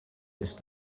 ist